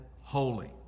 holy